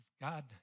God